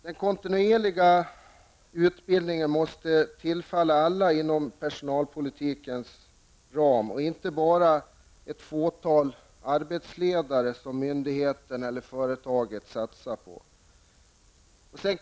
Den kontinuerliga utbildningen måste tillfalla alla inom personalpolitikens ram, inte bara ett fåtal arbetsledare som myndigheten eller företaget satsar på.